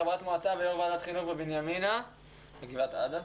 חברת מועצה ויושבת-ראש ועדת החינוך בבנימינה וגבעת עדה